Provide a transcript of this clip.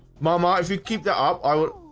mama if you keep that up, i would